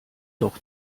doch